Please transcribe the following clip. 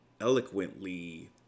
eloquently